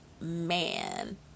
Man